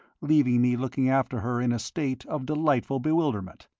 leaving me looking after her in a state of delightful bewilderment,